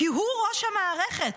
כי הוא ראש המערכת.